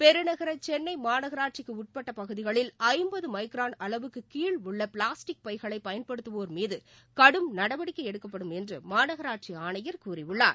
பெருநகரசென்னைமாநகராட்சிக்குஉட்பட்டபகுதிகளில் ஐம்பதுமைக்ரான் அளவுக்குகீழ் உள்ளபிளாஸ்டிக் பைகளைபயன்படுத்துவோர் மீதுகடும் நடவடிக்கைஎடுக்கப்படும் என்றுமாநகராட்சி ஆணையர் கூறியுள்ளார்